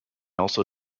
also